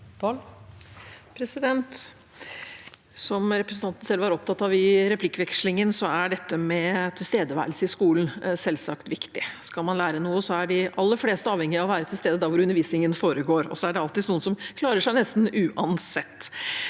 Som representanten selv var opptatt av i replikkvekslingen, er det med tilstedeværelse i skolen selvsagt viktig. Skal man lære noe, er de aller fleste avhengig av å være til stede der undervisningen foregår. Så er det alltids noen som klarer seg nesten uansett.